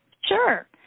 Sure